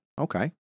Okay